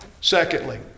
Secondly